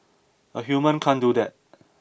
a human can't do that